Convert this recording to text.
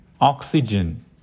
oxygen